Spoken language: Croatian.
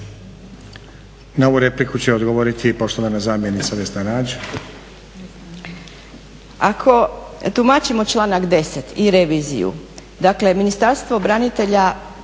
Na ovu repliku će odgovoriti poštovana zamjenica Vesna Nađ. **Nađ, Vesna (SDP)** Ako tumačimo članak 10. i reviziju, dakle Ministarstvo branitelja